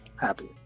happy